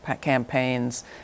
campaigns